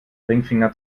ringfinger